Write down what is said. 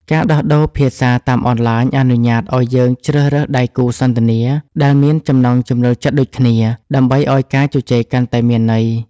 ការដោះដូរភាសាតាមអនឡាញអនុញ្ញាតឱ្យយើងជ្រើសរើសដៃគូសន្ទនាដែលមានចំណង់ចំណូលចិត្តដូចគ្នា ដើម្បីឱ្យការជជែកកាន់តែមានន័យ។